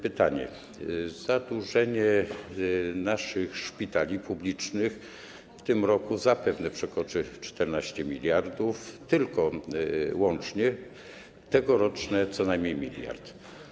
Pytanie: zadłużenie naszych szpitali publicznych w tym roku zapewne przekroczy 14 mld, tylko łącznie tegoroczne - co najmniej miliard.